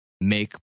make